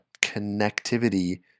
connectivity